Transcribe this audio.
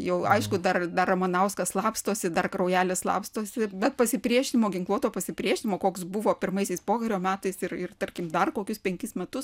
jau aišku dar dar ramanauskas slapstosi dar kraujelis slapstosi bet pasipriešinimo ginkluoto pasipriešinimo koks buvo pirmaisiais pokario metais ir ir tarkim dar kokius penkis metus